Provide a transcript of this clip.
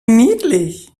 niedlich